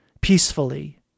peacefully